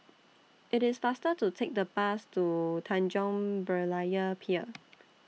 IT IS faster to Take The Bus to Tanjong Berlayer Pier